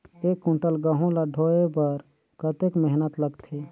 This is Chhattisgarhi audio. एक कुंटल गहूं ला ढोए बर कतेक मेहनत लगथे?